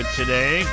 today